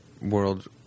world